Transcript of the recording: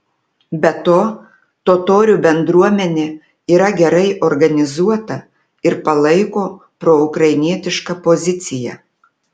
be to totorių bendruomenė yra gerai organizuota ir palaiko proukrainietišką poziciją